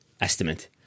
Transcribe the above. estimate